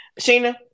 Sheena